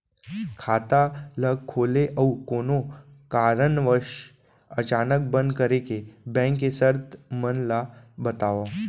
खाता ला खोले अऊ कोनो कारनवश अचानक बंद करे के, बैंक के शर्त मन ला बतावव